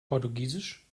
portugiesisch